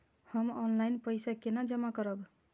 हम ऑनलाइन पैसा केना जमा करब?